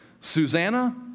Susanna